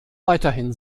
weiterhin